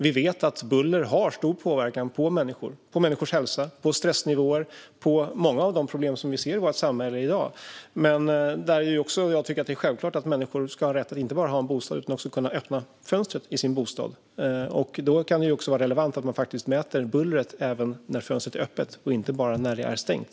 Vi vet att buller har stor påverkan på människors hälsa och stressnivåer och på många av de problem som vi ser i vårt samhälle i dag. Men jag tycker också att det är självklart att människor ska ha rätt inte bara att ha en bostad utan också att kunna öppna fönstret i sin bostad. Då kan det också vara relevant att man faktiskt mäter bullret även när fönstret är öppet och inte bara när det är stängt.